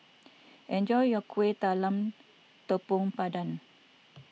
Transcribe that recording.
enjoy your Kuih Talam Tepong Pandan